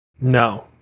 No